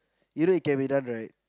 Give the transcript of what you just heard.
you know it can be done right